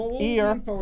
Ear